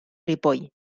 ripoll